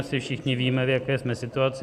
Asi všichni víme, v jaké jsme situaci.